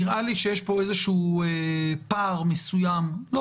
נראה לי שיש פה איזשהו פער מסוים לא